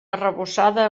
arrebossada